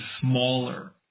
smaller